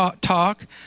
talk